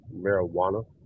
marijuana